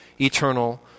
eternal